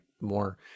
more